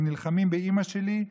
הם נלחמים באימא שלי,